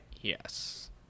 Yes